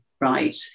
right